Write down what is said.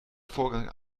vorgang